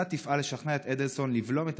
אתה תפעל לשכנע את אדלסון לבלום את